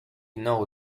know